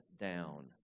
down